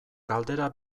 galdera